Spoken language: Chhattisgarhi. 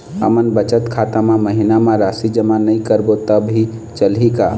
हमन बचत खाता मा महीना मा राशि जमा नई करबो तब भी चलही का?